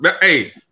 hey